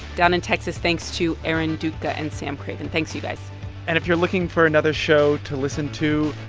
down in texas, thanks to aaron dukha and sam craig. and thanks, you guys and if you're looking for another show to listen to,